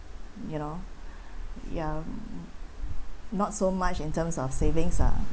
you know ya not so much in terms of savings lah